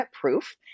Proof